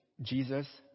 Jesus